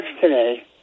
today